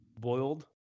Boiled